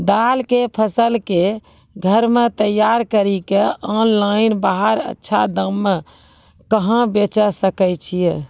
दाल के फसल के घर मे तैयार कड़ी के ऑनलाइन बाहर अच्छा दाम मे कहाँ बेचे सकय छियै?